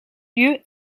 lieu